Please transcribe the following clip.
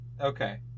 Okay